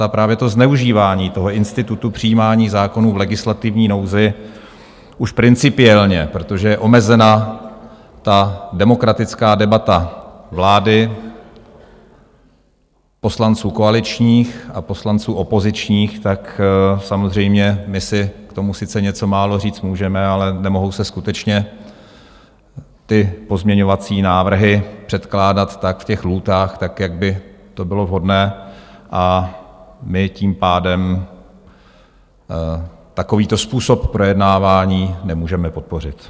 A právě zneužívání institutu přijímání zákonů v legislativní nouzi už principiálně protože je omezená demokratická debata vlády, poslanců koaličních a poslanců opozičních tak samozřejmě, my si k tomu něco málo říct můžeme, ale nemohou se skutečně pozměňovací návrhy předkládat v lhůtách, jak by to bylo vhodné, a my tím pádem takovýto způsob projednávání nemůžeme podpořit.